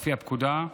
לפי הפקודה,